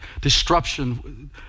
disruption